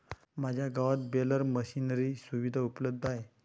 माझ्या गावात baler machinery सुविधा उपलब्ध आहे